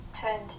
turned